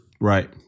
Right